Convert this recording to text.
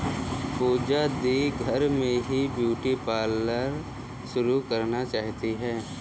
पूजा दी घर में ही ब्यूटी पार्लर शुरू करना चाहती है